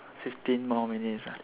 fifteen more minutes